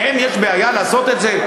להן יש בעיה לעשות את זה?